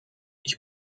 ich